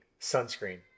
sunscreen